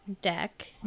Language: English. deck